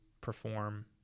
perform